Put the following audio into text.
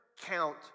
count